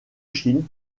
chine